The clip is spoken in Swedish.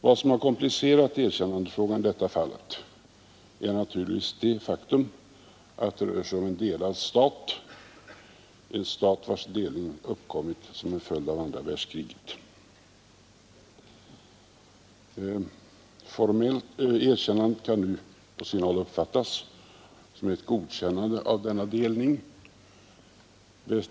Vad som komplicerat erkännandefrågan i detta fall är naturligtvis det faktum att det här rör sig om en delad stat och om en stat vars delning kom till som en följd av andra världskriget. Formellt kan erkännandet nu på vissa håll uppfattas som ett godkännande av denna delning.